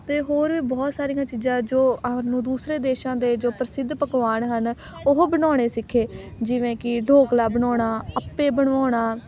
ਅਤੇ ਹੋਰ ਵੀ ਬਹੁਤ ਸਾਰੀਆਂ ਚੀਜ਼ਾਂ ਜੋ ਸਾਨੂੰ ਦੂਸਰੇ ਦੇਸ਼ਾਂ ਦੇ ਜੋ ਪ੍ਰਸਿੱਧ ਪਕਵਾਨ ਹਨ ਉਹ ਬਣਾਉਣੇ ਸਿੱਖੇ ਜਿਵੇਂ ਕਿ ਡੋਕਲਾ ਬਣਾਉਣਾ ਅੱਪੇ ਬਣਵਾਉਣਾ